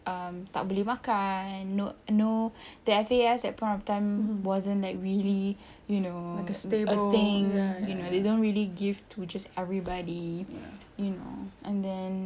um tak beli makan no no the F_A_S that point of time wasn't that really you know a thing you know they don't really give to just everybody you know and then